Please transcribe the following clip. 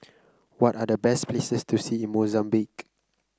what are the best places to see in Mozambique